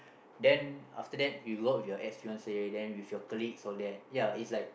then after that you go with your ex fiance then with your colleagues all that then is like